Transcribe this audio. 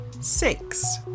Six